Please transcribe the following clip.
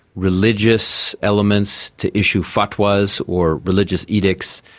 religious elements, to issue fatwas or religious edicts,